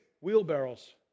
wheelbarrows